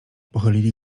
pochylili